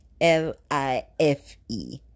L-I-F-E